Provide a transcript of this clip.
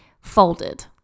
folded